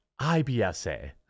IBSA